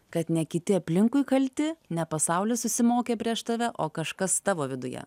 kad ne kiti aplinkui kalti ne pasaulis susimokė prieš tave o kažkas tavo viduje